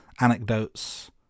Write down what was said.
anecdotes